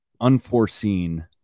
unforeseen